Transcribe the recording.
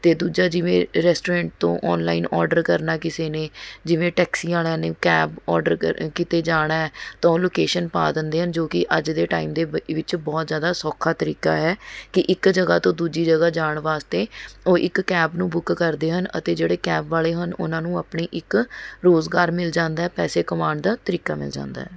ਅਤੇ ਦੂਜਾ ਜਿਵੇਂ ਰੈਸਟੋਰੈਂਟ ਤੋਂ ਔਨਲਾਈਨ ਓਡਰ ਕਰਨਾ ਕਿਸੇ ਨੇ ਜਿਵੇਂ ਟੈਕਸੀ ਵਾਲ਼ਿਆਂ ਨੇ ਕੈਬ ਓਡਰ ਕ ਕਿਤੇ ਜਾਣਾ ਤਾਂ ਉਹ ਲੋਕੇਸ਼ਨ ਪਾ ਦਿੰਦੇ ਹਨ ਜੋ ਕਿ ਅੱਜ ਦੇ ਟਾਈਮ ਦੇ ਬ ਵਿੱਚ ਬਹੁਤ ਜ਼ਿਆਦਾ ਸੌਖਾ ਤਰੀਕਾ ਹੈ ਕਿ ਇੱਕ ਜਗ੍ਹਾ ਤੋਂ ਦੂਜੀ ਜਗ੍ਹਾ ਜਾਣ ਵਾਸਤੇ ਉਹ ਇੱਕ ਕੈਬ ਨੂੰ ਬੁੱਕ ਕਰਦੇ ਹਨ ਅਤੇ ਜਿਹੜੇ ਕੈਬ ਵਾਲ਼ੇ ਹਨ ਉਨ੍ਹਾਂ ਨੂੰ ਆਪਣੀ ਇੱਕ ਰੁਜ਼ਗਾਰ ਮਿਲ ਜਾਂਦਾ ਹੈ ਪੈਸੇ ਕਮਾਉਣ ਦਾ ਤਰੀਕਾ ਮਿਲ ਜਾਂਦਾ ਹੈ